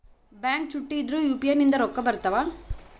Bank ಚುಟ್ಟಿ ಇದ್ರೂ UPI ನಿಂದ ರೊಕ್ಕ ಬರ್ತಾವಾ?